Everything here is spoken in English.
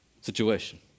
situation